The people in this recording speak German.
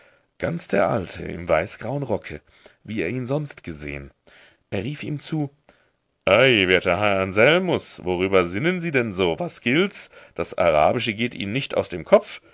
ganz der alte im weißgrauen rocke wie er ihn sonst gesehen er rief ihm zu ei werter herr anselmus worüber sinnen sie denn so was gilt's das arabische geht ihnen nicht aus dem kopf